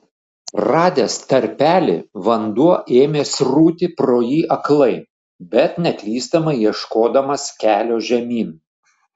radęs tarpelį vanduo ėmė srūti pro jį aklai bet neklystamai ieškodamas kelio žemyn